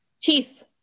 chief